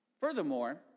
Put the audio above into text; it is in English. Furthermore